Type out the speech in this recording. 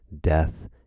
death